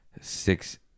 six